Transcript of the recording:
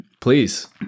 Please